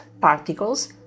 particles